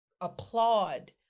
applaud